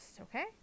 okay